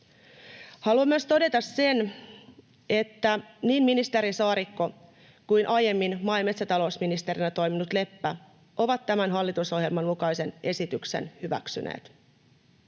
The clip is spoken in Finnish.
Haluan myös todeta sen, että niin ministeri Saarikko kuin aiemmin maa‑ ja metsätalousministerinä toiminut Leppä ovat tämän hallitusohjelman mukaisen esityksen hyväksyneet.